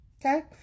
Okay